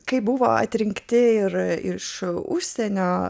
kai buvo atrinkti ir iš užsienio